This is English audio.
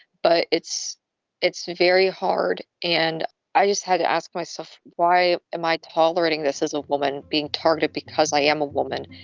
but it's it's very hard. and i just had to ask myself, why am i tolerating this as a woman being targeted? because i am a woman.